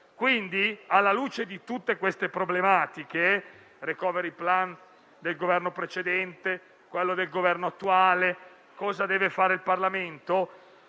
Alla luce di tutte queste problematiche - *recovery plan* del Governo precedente, quello del Governo attuale e cosa deve fare il Parlamento